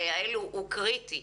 הוא קריטי.